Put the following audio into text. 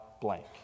blank